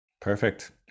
Perfect